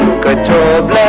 good job